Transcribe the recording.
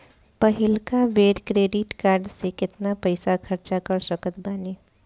पहिलका बेर credit card से केतना पईसा खर्चा कर सकत बानी?